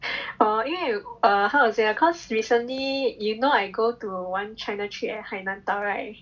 orh 因为 err how to say ah cause recently you know I go to one China trip 海南岛 right